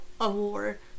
Award